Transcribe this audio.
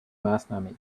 maßnahme